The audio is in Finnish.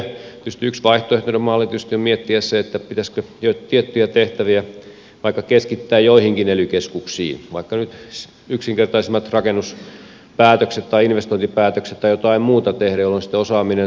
tietysti yksi vaihtoehtoinen malli on miettiä sitä pitäisikö tiettyjä tehtäviä vaikka keskittää joihinkin ely keskuksiin vaikka nyt yksinkertaisimmat rakennuspäätökset tai investointipäätökset tai jotain muuta tehdä jolloin sitten osaaminen säilyisi ja niin edelleen